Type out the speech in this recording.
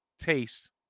taste